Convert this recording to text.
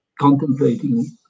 contemplating